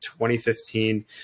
2015